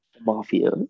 Mafia